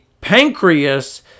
pancreas